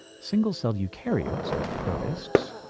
single-celled eukaryotes, or protists,